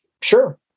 Sure